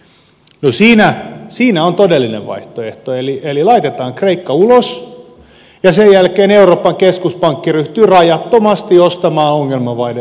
no siinä on todellinen vaihtoehto eli laitetaan kreikka ulos ja sen jälkeen euroopan keskuspankki ryhtyy rajattomasti ostamaan ongelmamaiden velkakirjoja